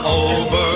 over